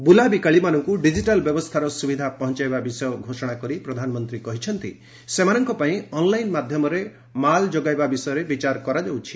ବୁଲାବିକାଳିମାନଙ୍କୁ digital ବ୍ୟବସ୍ଥାର ସୁବିଧା ପହଞ୍ଚାଇବା ବିଷୟ ଘୋଷଣା କରି ପ୍ରଧାନମନ୍ତ୍ରୀ କହିଛନ୍ତି ସେମାନଙ୍କ ପାଇଁ ଅନ୍ଲାଇନ୍ ମାଧ୍ୟମରେ ମାଲ ଯୋଗାଇବା ବିଷୟରେ ବିଚାର କରାଯାଉଛି